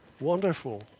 Wonderful